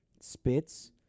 spits